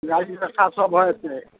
गाड़ीके बेबस्था सब भऽ जेतै